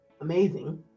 amazing